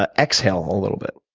ah exhale a little bit,